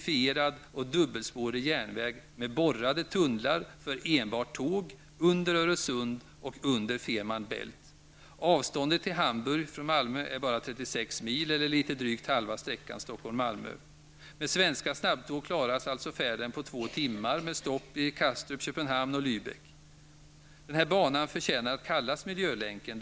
Från Malmö är avståndet till Hamburg bara Malmö. Med svenska snabbtåg klaras alltså färden på två timmar med stopp i Kastrup, Köpenhamn och Lübeck. Denna bana förtjänar att kallas miljölänken.